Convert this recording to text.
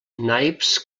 naips